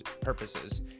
purposes